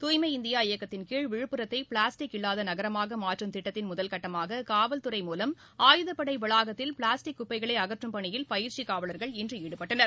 துாய்மை இந்தியா இயக்கத்தின்கீழ் விழுப்புரத்தை பிளாஸ்டிக் இல்லாத நகரமாக மாற்றும் திட்டத்தின் முதற்கட்டமாக காவல்துறை மூலம் ஆயுதப்படை வளாகத்தில் பிளாஸ்டிக் குப்பைகளை அகற்றும் பணியில் பயிற்சி காவலர்கள் இன்று ஈடுபட்டனர்